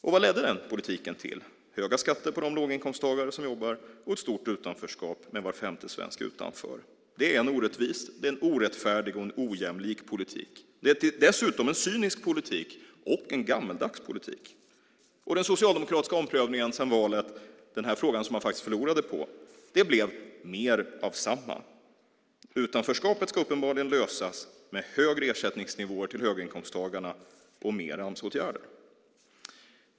Vad ledde då den politiken till? Jo, höga skatter för de låginkomsttagare som jobbar och ett stort utanförskap med var femte svensk utanför. Det är en orättvis, orättfärdig och ojämlik politik. Det är dessutom en cynisk politik och en gammaldags politik. Och resultatet av den socialdemokratiska omprövningen sedan valet av den fråga man faktiskt förlorade på blev mer av samma. Utanförskapet ska uppenbarligen lösas med högre ersättningsnivåer till höginkomsttagarna och mer Amsåtgärder.